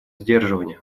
сдерживания